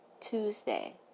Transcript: Tuesday